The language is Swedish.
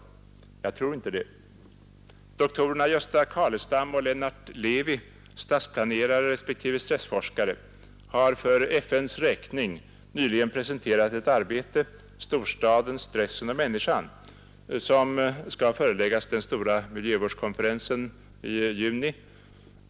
Jag tror inte det! Doktorerna Gösta Carlestam och Lennart Levi, stadsplanerare respektive stressforskare, har för FN:s räkning nyligen presenterat ett arbete — ”Storstaden, stressen och människan” — som skall föreläggas den stora miljövårdskonferensen i juni.